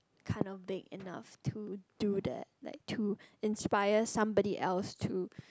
kind of thing and of to to the like to inspire somebody else to